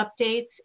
updates